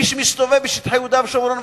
מי שמסתובב בשטחי יהודה ושומרון,